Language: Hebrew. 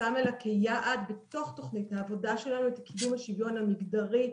שמה לה כיעד בתוך תוכנית העבודה שלה לתיקון השוויון המגדרי,